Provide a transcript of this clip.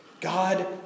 God